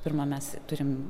pirma mes turim